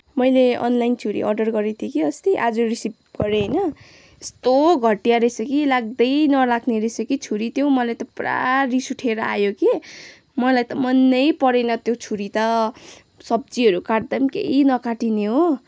मैले अनलाइन छुरी अर्डर गरेको थिएँ कि अस्ति आज रिसिभ गरेँ हो यस्तो घटिया रहेछ कि लाग्दै नलाग्ने रहेछ कि छुरी त्यो मलाई त पुरा रिस उठेर आयो कि मलाई त मनैपरेन त्यो छुरी त सब्जीहरू काट्दा पनि केही नकाटिने हो